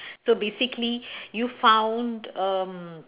so basically you found um